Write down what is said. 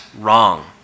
wrong